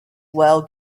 well